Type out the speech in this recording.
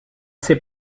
ses